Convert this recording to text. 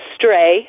stray